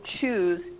choose